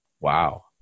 Wow